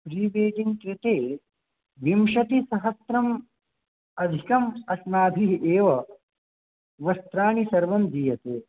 pre-wedding कृते विंशतिसहस्रम् अधिकम् अस्माभिः एव वस्त्राणि सर्वं दीयन्ते